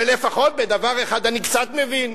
ולפחות בדבר אחד אני קצת מבין,